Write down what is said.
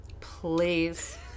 Please